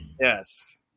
Yes